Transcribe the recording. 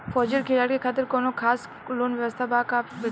फौजी और खिलाड़ी के खातिर कौनो खास लोन व्यवस्था बा का बैंक में?